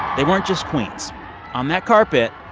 they weren't just queens on that carpet,